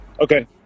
okay